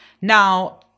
now